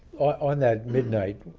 on that midnight